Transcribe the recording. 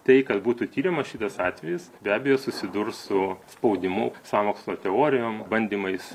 tai kad būtų tiriamas šitas atvejis be abejo susidurs su spaudimu sąmokslo teorijom bandymais